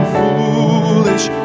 foolish